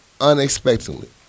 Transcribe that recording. unexpectedly